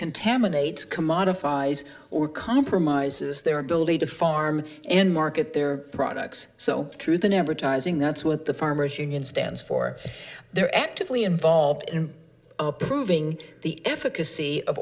contaminates commodifies or compromises their ability to farm and market their products so truth in advertising that's what the farmers union stands for they're actively involved in approving the effica